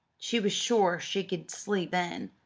she was sure she could sleep then.